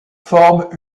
forment